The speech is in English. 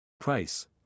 Price